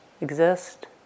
exist